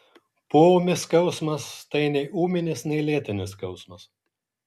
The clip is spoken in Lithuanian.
poūmis skausmas tai nei ūminis nei lėtinis skausmas